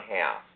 half